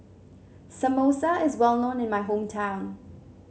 samosa is well known in my hometown